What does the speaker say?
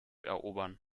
erobern